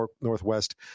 Northwest